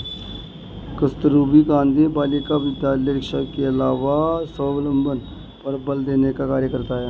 कस्तूरबा गाँधी बालिका विद्यालय शिक्षा के अलावा स्वावलम्बन पर बल देने का कार्य करता है